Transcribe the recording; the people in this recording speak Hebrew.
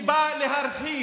שבא להרחיק